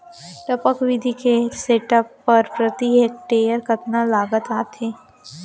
टपक विधि के सेटअप बर प्रति हेक्टेयर कतना लागत आथे?